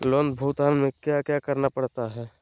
loan भुगतान में क्या क्या करना पड़ता है